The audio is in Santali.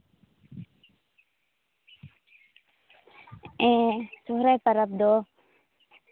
ᱦᱮᱸ ᱥᱚᱦᱚᱨᱟᱭ ᱯᱚᱨᱚᱵᱽ ᱫᱚ